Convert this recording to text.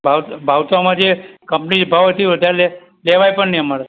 ભાવતો આમાં જે કંપની જ ભાવથી વધારે લે લેવાય પણ નહીં અમારે